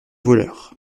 voleur